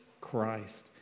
christ